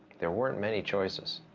there weren't many choices.